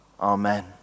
Amen